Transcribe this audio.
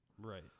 right